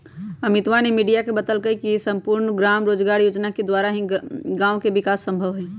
अमितवा ने मीडिया के बतल कई की सम्पूर्ण ग्राम रोजगार योजना के द्वारा ही गाँव के विकास संभव हई